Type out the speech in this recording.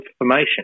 information